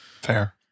Fair